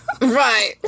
Right